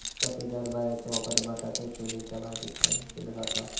सफेद हरभऱ्याचो वापर बटाटो छोलेच्या भाजीत पण केलो जाता